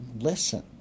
listen